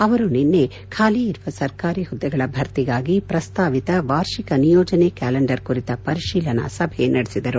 ಅವರು ನಿನ್ನೆ ಖಾಲಿ ಇರುವ ಸರ್ಕಾರಿ ಹುದ್ದೆಗಳ ಭರ್ತಿಗಾಗಿ ಪ್ರಸ್ತಾವಿತ ವಾರ್ಷಿಕ ನಿಯೋಜನೆ ಕ್ಯಾಲೆಂಡರ್ ಕುರಿತ ಪರಿಶೀಲನಾ ಸಭೆ ನಡೆಸಿದರು